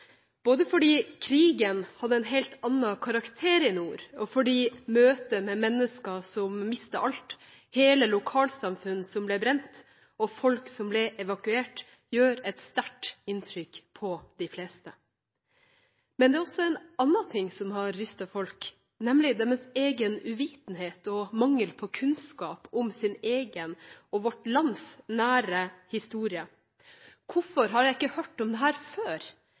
både fordi krigen hadde en helt annen karakter i nord og fordi møtet med mennesker som mistet alt, hele lokalsamfunn som ble brent, og folk som ble evakuert, gjør et sterkt inntrykk på de fleste. Men det er også en annen ting som har rystet folk, nemlig deres egen uvitenhet og mangel på kunnskap om sin egen og vårt lands nære historie. Hvorfor har jeg ikke hørt om dette før? Dette er et spørsmål som har blitt gjentatt ofte det